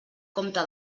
compte